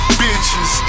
bitches